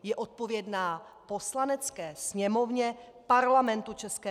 Je odpovědná Poslanecké sněmovně Parlamentu ČR!